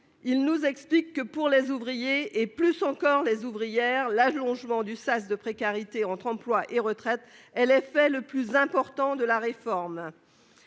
Il nous explique que pour les ouvriers et plus encore les ouvrières, l'allongement du sas de précarité entre emploi et retraite. Elle, elle fait le plus important de la réforme.